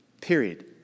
period